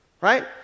Right